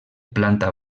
planta